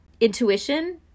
intuition